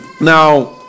Now